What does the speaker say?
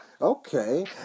Okay